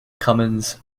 cummins